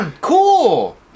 Cool